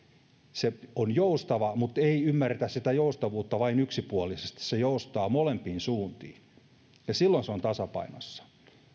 se on joustava mutta ei ymmärretä sitä joustavuutta vain yksipuolisesti se joustaa molempiin suuntiin silloin se on tasapainossa